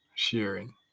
sharing